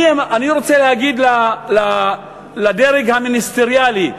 אני רוצה להגיד לדרג המיניסטריאלי,